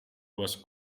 was